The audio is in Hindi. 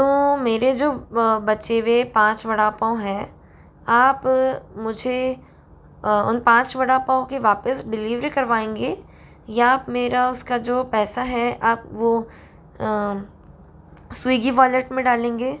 तो मेरे जो बचे हुए पाँच वड़ा पाँव है आप मुझे उन पाँच वड़ा पाव के वापस डिलीवरी करवाएंगे या आप मेरा उसका जो पैसा है आप वो स्विगी वॉलेट में डालेंगे